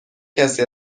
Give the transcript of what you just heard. کسی